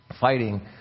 fighting